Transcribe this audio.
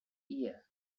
year